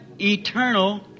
eternal